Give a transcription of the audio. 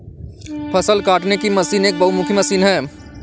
फ़सल काटने की मशीन एक बहुमुखी मशीन है